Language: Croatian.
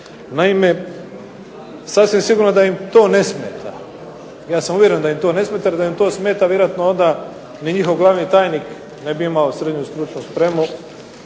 Naime, sasvim sigurno da im to ne smeta, jer da im to smeta vjerojatno onda ni njihov glavni tajnik ne bi imao srednju stručnu spremu,